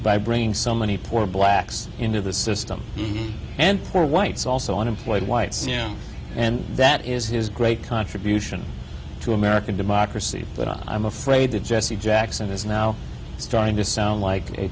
by bringing so many poor blacks into the system and poor whites also unemployed whites and that is his great contribution to american democracy but i'm afraid that jesse jackson is now starting to sound like a